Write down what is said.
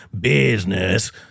business